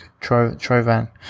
Trovan